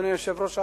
אדוני היושב-ראש,